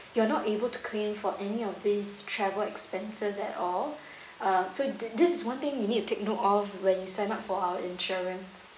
you are not able to claim for any of this travel expenses at all uh so thi~ this is one thing you need to take note of when you sign up for our insurance